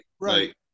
Right